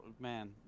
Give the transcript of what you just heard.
Man